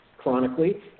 chronically